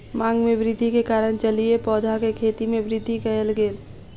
मांग में वृद्धि के कारण जलीय पौधा के खेती में वृद्धि कयल गेल